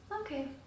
Okay